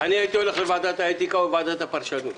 אני הייתי הולך לוועדת האתיקה או לוועדת הפרשנות.